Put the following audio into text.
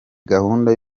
gahunda